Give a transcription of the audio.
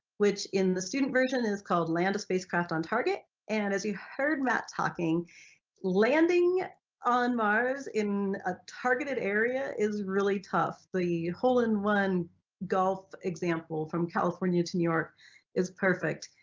which in the student version is called land of spacecraft on target and as you heard matt talking landing on mars in a targeted area is really tough, the hole in one golf example from california to new york is perfect.